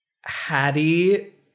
Hattie